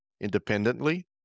independently